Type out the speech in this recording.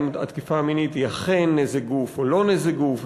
התקיפה המינית היא אכן נזק גוף או לא נזק גוף,